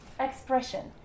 expression